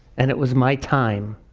and it was my time.